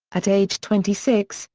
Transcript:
at age twenty six,